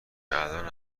الان